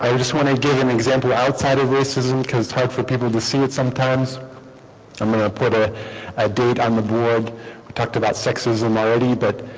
um just want to give an example outside of racism comes hard for people to see it sometimes i'm going to put a date on the board we talked about sexism already but